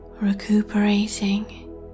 recuperating